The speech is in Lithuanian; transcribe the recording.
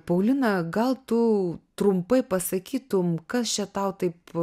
paulina gal tų trumpai pasakytum kas čia tau taip